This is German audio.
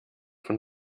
von